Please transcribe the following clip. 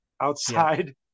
outside